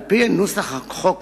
על-פי נוסח החוק כיום,